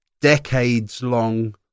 decades-long